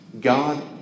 God